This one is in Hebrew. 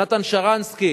נתן שרנסקי